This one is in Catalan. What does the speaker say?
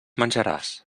menjaràs